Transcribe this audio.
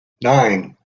nine